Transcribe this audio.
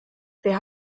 wir